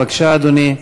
בבקשה, אדוני.